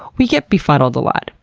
we get befuddled a lot.